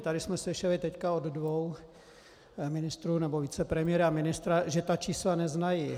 Tady jsme teď slyšeli od dvou ministrů, nebo vicepremiéra a ministra, že čísla neznají.